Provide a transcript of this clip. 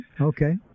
okay